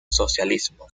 socialismo